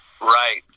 right